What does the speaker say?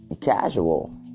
casual